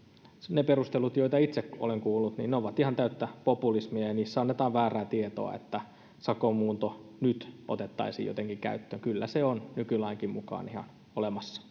ne perustelut joita itse olen kuullut ovat ihan täyttä populismia ja niissä annetaan väärää tietoa että sakonmuunto nyt otettaisiin jotenkin käyttöön kyllä se on nykylainkin mukaan ihan olemassa